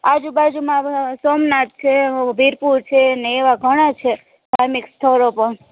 આજુબાજુમાં સોમનાથ છે વીરપુર છે ને એવાં ઘણાં છે અને સ્થળો પણ